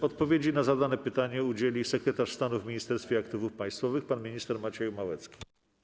Odpowiedzi na zadane pytania udzieli sekretarz stanu w Ministerstwie Aktywów Państwowych pan minister Maciej Małecki.